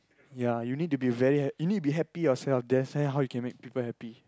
ya you to be very you need to be happy yourself that's when how you can make people happy